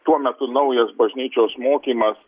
tuo metu naujas bažnyčios mokymas